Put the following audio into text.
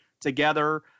together